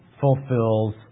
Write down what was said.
fulfills